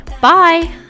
Bye